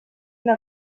una